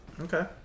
Okay